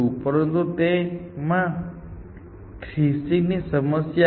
પરંતુ તેમાં થ્રેશિંગ ની સમસ્યા હ